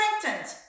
strengthened